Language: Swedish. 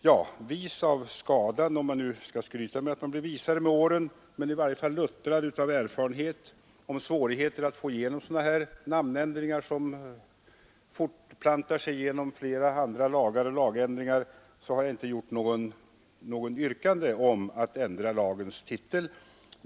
Ja, vis av skadan — om man nu skall skryta med att man blir visare med åren — eller i varje fall luttrad av erfarenhet om svårigheter att få igenom sådana här namnändringar som fortplantar sig igenom flera andra lagar och lagändringar, har jag inte ställt något yrkande om att få ändra lagens titel.